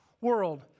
world